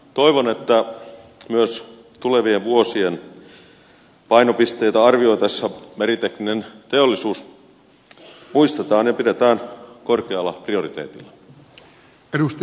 toivon että myös tulevien vuosien painopisteitä arvioitaessa meritekninen teollisuus muistetaan ja pidetään korkealla prioriteetilla